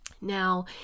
Now